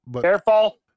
Careful